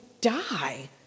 die